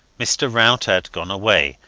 mr. rout had gone away,